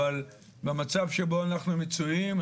אבל במצב שבו אנחנו מצויים,